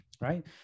Right